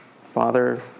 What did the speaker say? Father